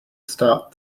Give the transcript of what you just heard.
start